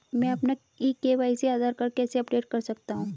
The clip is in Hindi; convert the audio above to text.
मैं अपना ई के.वाई.सी आधार कार्ड कैसे अपडेट कर सकता हूँ?